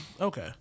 Okay